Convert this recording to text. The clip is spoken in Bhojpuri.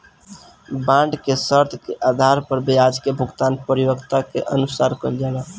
बॉन्ड के शर्त के आधार पर ब्याज के भुगतान परिपक्वता समय के अनुसार कईल जाला